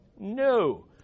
No